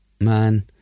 Man